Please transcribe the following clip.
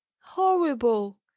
horrible